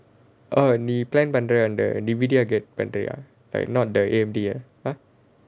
நீ nee plan பண்ற அந்த:pandra antha D_V_D get பண்றியா:pandriyaa like not the A_M_D ah !huh!